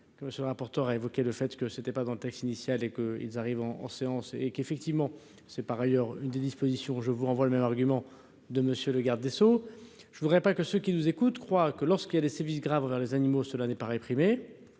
monsieur le rapporteur, a évoqué le fait que ce n'était pas dans le texte initial et que ils arrivent en séance et qu'effectivement c'est par ailleurs une des dispositions, je vous renvoie le même argument de monsieur le garde des Sceaux je voudrais pas que ceux qui nous écoutent, crois que lorsqu'il y a des sévices graves envers les animaux, cela n'est pas réprimée,